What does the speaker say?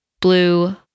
blue